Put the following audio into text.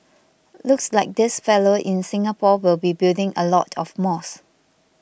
looks like this fellow in Singapore will be building a lot of mosques